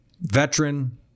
veteran